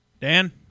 Dan